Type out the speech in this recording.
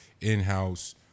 in-house